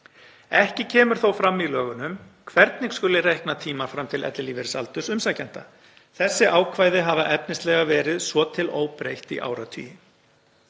Ekki kemur þó fram í lögunum hvernig skuli reikna tímann fram til ellilífeyrisaldurs umsækjanda. Þessi ákvæði hafa efnislega verið svo til óbreytt í áratugi.